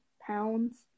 pounds